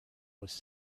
was